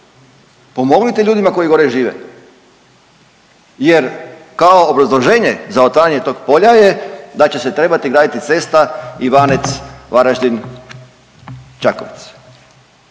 Pomognite ljudima koji gore žive jer kao obrazloženje za otvaranje tog polja je da će se trebati graditi cesta Ivanec-Varaždin-Čakovec.